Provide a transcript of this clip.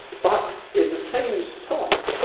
but in the same song,